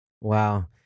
Wow